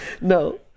No